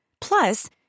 Plus